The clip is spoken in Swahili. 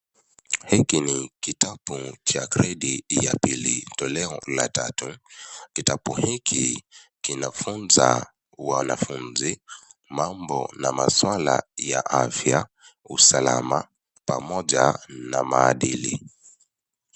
Hiki ni kitabu cha gredi ya pili tolea la tatu. Kitabu hiki kinafuza wanafuzi mambo na masuala ya afya, usalama pamoja na maadili.